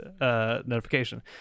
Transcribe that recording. notification